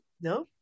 no